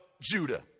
Judah